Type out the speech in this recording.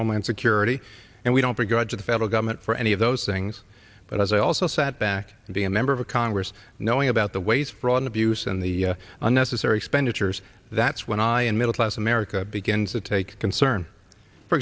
homeland security and we don't begrudge the federal government for any of those things but as i also sat back and be a member of congress knowing about the waste fraud and abuse and the unnecessary expenditures that's when i in middle class america begins to take concern for